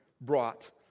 brought